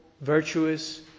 virtuous